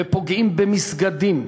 ופוגעים במסגדים,